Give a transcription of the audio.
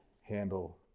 handle